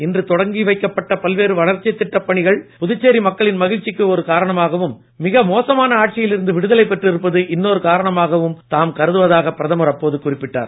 இன்று தொடங்கிவைக்கப் பட்ட பல்வேறு வளர்ச்சித் திட்டப் பணிகள் புதுச்சேரி மக்களின் மகிழ்ச்சிக்கு ஒரு காரணமாகவும் மிக மோசமான ஆட்சியில் இருந்து விடுதலை பெற்றிருப்பது இன்னொரு காரணமாகவும் தாம் கருதுவதாக பிரதமர் அப்போது குறிப்பிட்டார்